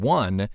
one